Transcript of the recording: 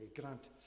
grant